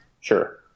Sure